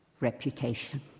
reputation